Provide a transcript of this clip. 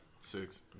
Six